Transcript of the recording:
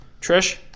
Trish